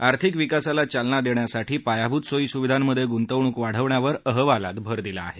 आर्थिक विकासाला चालना देण्यासाठी पायाभूत सोयीसुविधांमध्ये गुंतवणूक वाढवण्यावर अहवालात भर दिला आहे